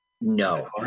No